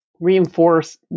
reinforce